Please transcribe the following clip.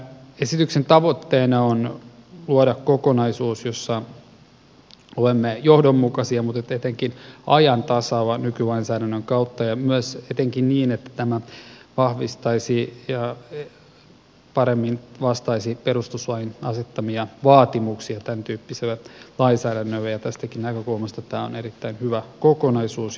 esityksen tavoitteena on luoda kokonaisuus jossa olemme johdonmukaisia mutta joka etenkin on ajan tasalla nykylainsäädännön kautta ja etenkin myös niin että tämä vahvistaisi ja paremmin vastaisi perustuslain asettamia vaatimuksia tämäntyyppiselle lainsäädännölle ja tästäkin näkökulmasta tämä on erittäin hyvä kokonaisuus